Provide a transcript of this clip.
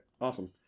awesome